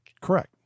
Correct